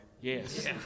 Yes